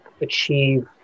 achieve